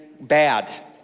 bad